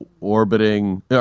orbiting